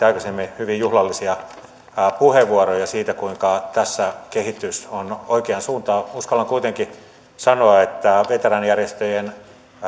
aikaisemmin hyvin juhlallisia puheenvuoroja siitä kuinka tässä kehitys on oikeansuuntaista uskallan kuitenkin sanoa että veteraanijärjestöjen